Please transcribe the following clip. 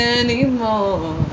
anymore